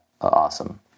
awesome